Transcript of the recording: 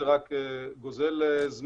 נשמח, זה רק גוזל זמן.